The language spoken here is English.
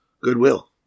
goodwill